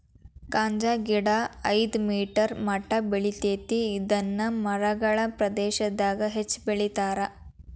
ಗಾಂಜಾಗಿಡಾ ಐದ ಮೇಟರ್ ಮಟಾ ಬೆಳಿತೆತಿ ಇದನ್ನ ಮರಳ ಪ್ರದೇಶಾದಗ ಹೆಚ್ಚ ಬೆಳಿತಾರ